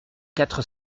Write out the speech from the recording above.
quatre